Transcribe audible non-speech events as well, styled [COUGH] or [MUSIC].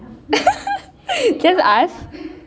[LAUGHS]